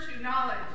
knowledge